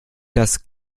das